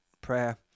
prayer